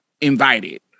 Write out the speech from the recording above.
invited